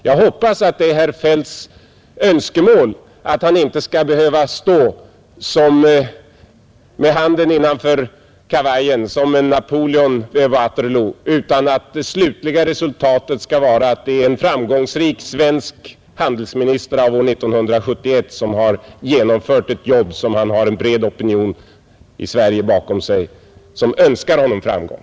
Jag hoppas att det är herr Feldts önskemål att han inte skall behöva stå med handen innanför kavajen som en Napoleon vid Waterloo, utan att det slutliga resultatet skall vara att det är en framgångsrik svensk handelsminister 1971 som har genomfört ett jobb, där han har en bred opinion bakom sig som önskar honom framgång.